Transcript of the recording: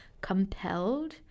compelled